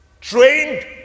Trained